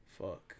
Fuck